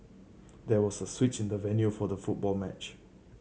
there was a switch in the venue for the football match